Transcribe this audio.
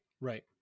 Right